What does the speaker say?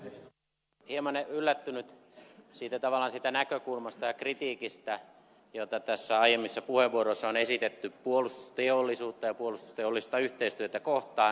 olen hieman yllättynyt siitä näkökulmasta ja kritiikistä jota näissä aiemmissa puheenvuoroissa on esitetty puolustusteollisuutta ja puolustusteollista yhteistyötä kohtaan